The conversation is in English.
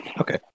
Okay